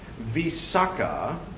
Visaka